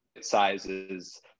sizes